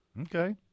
Okay